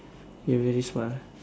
you are very smart ah